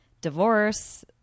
divorce